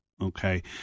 Okay